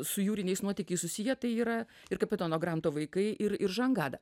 su jūriniais nuotykiais susiję tai yra ir kapitono granto vaikai ir ir žangada